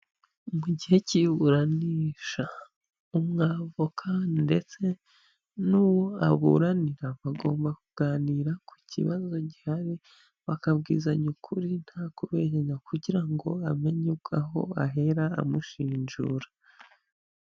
Mu gihe cy'iburanisha umwavoka ndetse n'uwo aburanira bagomba kuganira ku kibazo gihari bakabwizanya ukuri nta kubeshyanya kugira ngo amenye ubwo aho ahera amushinjura.